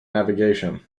navigation